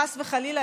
חס וחלילה,